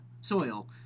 soil